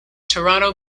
toronto